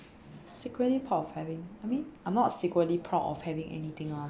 secretly proud of having I mean I'm not secretly proud of having anything ah